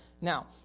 Now